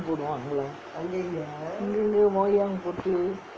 போடுவாங்களே அங்கே இங்கே:poduvaangalae angae ingae wayang போட்டு:pottu